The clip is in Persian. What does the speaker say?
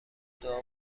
دعا